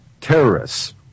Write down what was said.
terrorists